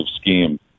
scheme